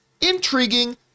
intriguing